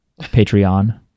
Patreon